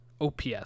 OPS